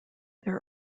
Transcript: their